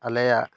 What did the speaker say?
ᱟᱞᱮᱭᱟᱜ